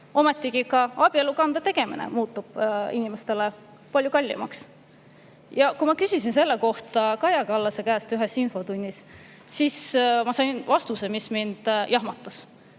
Ometigi ka abielukande tegemine muutub inimestele palju kallimaks. Kui ma küsisin selle kohta Kaja Kallase käest ühes infotunnis, siis ma sain vastuse, mis mind jahmatas.